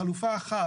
חלופה אחת,